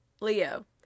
Leo